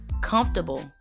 comfortable